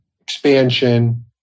expansion